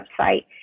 website